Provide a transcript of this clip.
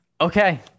Okay